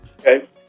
Okay